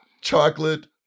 chocolate